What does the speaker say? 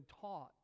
taught